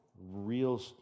real